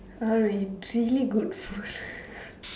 I really good food